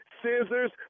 scissors